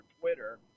Twitter